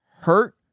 hurt